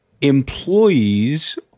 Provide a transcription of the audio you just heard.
employees